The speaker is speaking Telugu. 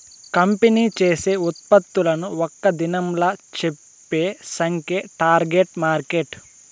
కంపెనీ చేసే ఉత్పత్తులను ఒక్క దినంలా చెప్పే సంఖ్యే టార్గెట్ మార్కెట్